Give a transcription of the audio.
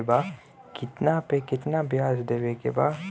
कितना पे कितना व्याज देवे के बा?